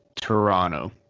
Toronto